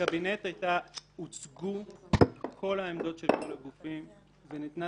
בקבינט הוצגו כל העמדות של כל הגופים וניתנה